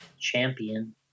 champion